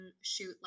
shoot